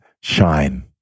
shine